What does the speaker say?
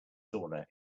sauna